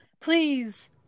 please